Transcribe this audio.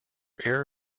air